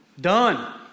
Done